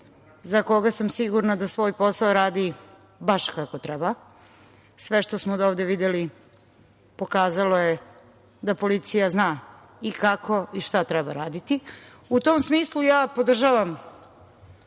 za koga sam sigurna da svoj posao radi baš kako treba. Sve što smo do ovde videli pokazalo je da policija zna i kako i šta treba raditi.U tom smislu, ja podržavam